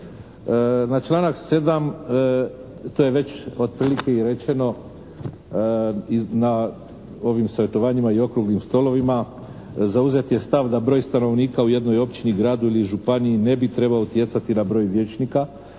Na članak 7., to je već otprilike i rečeno na ovim savjetovanjima i okruglim stolovima zauzet je stav da broj stanovnika u jednoj općini, gradu ili županiji ne bi trebao utjecati na broj vijećnika